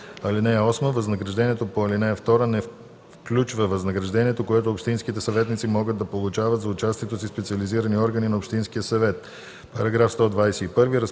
ал. 8: „(8) Възнаграждението по ал. 2 не включва възнаграждението, което общинските съветници могат да получават за участието си в специализирани органи на общинския съвет.“ § 121.